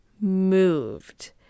moved